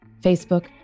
Facebook